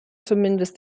zumindest